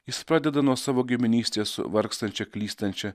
jis pradeda nuo savo giminystės su vargstančia klystančia